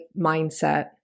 mindset